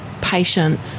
patient